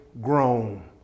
grown